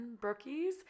brookies